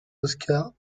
oscars